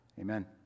Amen